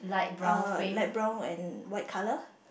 uh light brown and white colour